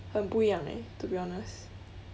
很不一样 eh to be honest